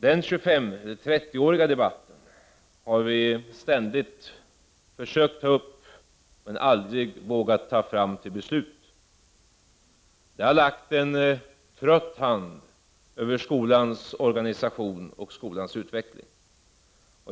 Den 30 år gamla debatten har vi ständigt försökt ta upp. Men vi har aldrig vågat ta fram den för beslut. Det har lagt en trött hand över skolans organisation och utveckling.